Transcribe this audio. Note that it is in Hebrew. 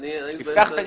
שהזכרת?